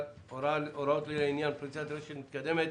הוראות לעניין פריסת רשת מתקדמת),